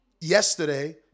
yesterday